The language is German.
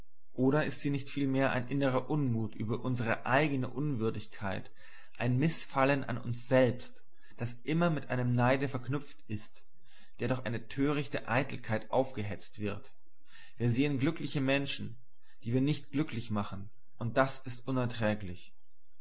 oder ist sie nicht vielmehr ein innerer unmut über unsere eigene unwürdigkeit ein mißfallen an uns selbst das immer mit einem neide verknüpft ist der durch eine törichte eitelkeit aufgehetzt wird wir sehen glückliche menschen die wir nicht glücklich machen und das ist unerträglich